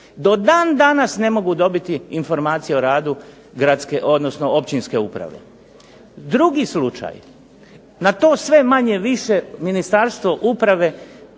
do dan danas ne mogu dobiti informacije o radu općinske uprave. Drugi slučaj, na to sve manje više Ministarstvo uprave